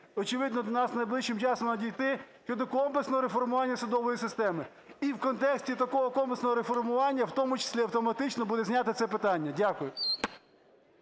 очевидно, до нас найближчим часом надійти щодо комплексного реформування судової системи. І в контексті такого комплексного реформування, в тому числі автоматично буде знято це питання. Дякую.